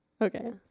Okay